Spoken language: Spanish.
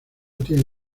tiene